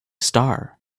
star